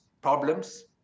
problems